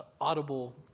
audible